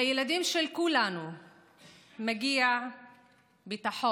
לילדים של כולנו מגיע ביטחון,